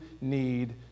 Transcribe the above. need